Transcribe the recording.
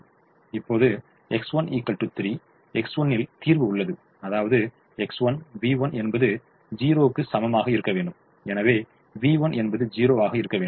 இப்போது X1 3 X1 ல் தீர்வு உள்ளது அதாவது X1v1 என்பது 0 க்கு சமமாக இருக்க வேண்டும் எனவே v1 என்பது 0 ஆக இருக்க வேண்டும்